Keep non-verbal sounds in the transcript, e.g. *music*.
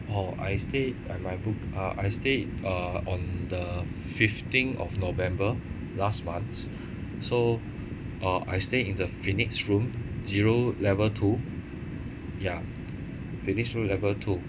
hor I stayed uh my book uh I stayed uh on the fifteenth of november last month *breath* so uh I stayed in the phoenix room zero level two ya phoenix room level two